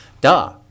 duh